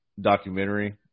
documentary